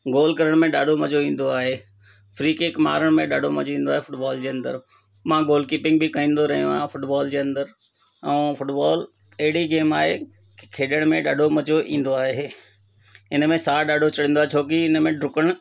गोल करण में ॾाढो मज़ो ईंदो आहे फ्री किक मारण में ॾाढो मज़ो ईंदो आहे फुटबॉल जे अंदरि मां गोल किपिंग बि कंदो रहियो आहियां फुटबॉल जे अंदरि ऐं फुटबॉल अहिड़ी गेम आहे खेॾण में ॾाढो मज़ो ईंदो आहे इन में साउ ॾाढो चढ़ंदो आहे छो की हिन में डुकणु